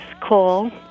call